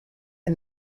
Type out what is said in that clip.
and